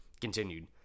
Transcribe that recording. continued